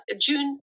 June